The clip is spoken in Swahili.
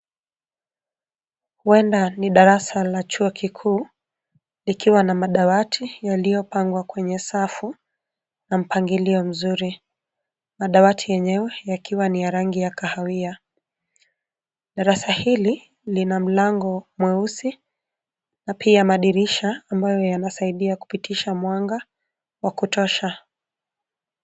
Huenda ni darasa la chuo kikuu likiwa na madawati yaliyopangwa kwenye safu na mpangilio mzuri, madawati yenyewe yakiwa ya rangi ya kahawia. Darasa hili lina mlango mweusi na pia Lina madirisha ambayo yanasaidia kupitisha mwanga wa kutosha.